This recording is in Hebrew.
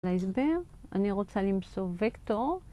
להסבר, אני רוצה למסור וקטור.